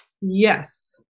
Yes